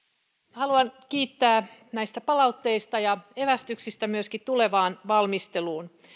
haluan kiittää näistä palautteista ja myöskin evästyksistä tulevaan valmisteluun